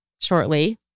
shortly